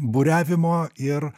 buriavimo ir